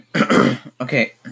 Okay